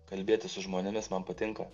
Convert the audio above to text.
kalbėtis su žmonėmis man patinka